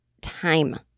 time